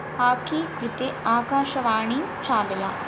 hockey कृते आकाशवाणी चालय